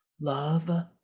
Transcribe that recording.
Love